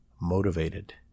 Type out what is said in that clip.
motivated